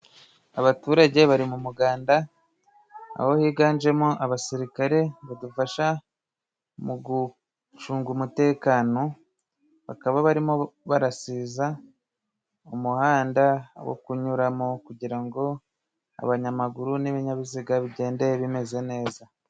Abaturage bari mu muganda, aho higanjemo abasirikare badufasha mu gucunga umutekano, bakaba barimo basiza umuhanda wo kunyuramo, kugira ngo abanyamaguru n'ibinyabiziga bigende bimeze neza.